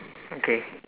okay